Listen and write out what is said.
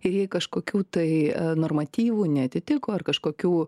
ir jei kažkokių tai normatyvų neatitiko ar kažkokių